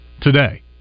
today